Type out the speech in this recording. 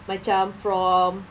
macam from